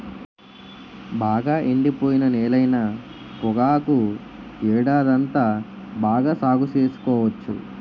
బాగా ఎండిపోయిన నేలైన పొగాకు ఏడాదంతా బాగా సాగు సేసుకోవచ్చు